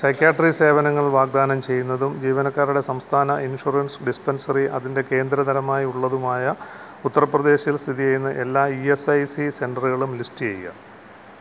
psychiatry സേവനങ്ങൾ വാഗ്ദാനം ചെയ്യുന്നതും ജീവനക്കാരുടെ സംസ്ഥാന ഇൻഷുറൻസ് ഡിസ്പെൻസറി അതിൻ്റെ കേന്ദ്ര തരമായി ഉള്ളതുമായ ഉത്തർപ്രദേശിൽ സ്ഥിതി ചെയ്യുന്ന എല്ലാ ഇ എസ് ഐ സി സെൻറ്ററുകളും ലിസ്റ്റ് ചെയ്യുക